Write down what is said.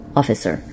officer